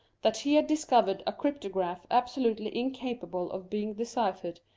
that he had discovered a cryptograph absolutely incapable of being deciphered,